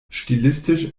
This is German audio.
stilistisch